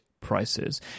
prices